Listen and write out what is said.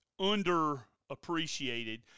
underappreciated